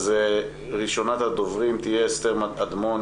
ראשונת הדוברים תהיה אסתר אדמון,